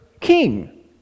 king